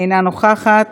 אינה נוכחת,